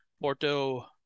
Porto